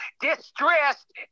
distressed